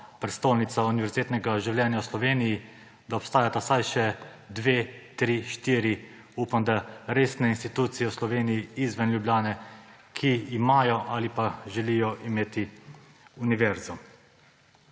prestolnica univerzitetnega življenja v Sloveniji, da obstajajo vsaj še dve, tri, štiri, upam da, resne institucije v Sloveniji izven Ljubljane, ki imajo ali želijo imeti univerzo.